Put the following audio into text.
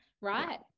Right